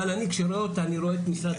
אבל אני כשאני רואה אותה אני רואה את משרד החינוך.